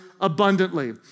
abundantly